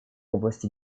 области